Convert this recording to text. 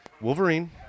Wolverine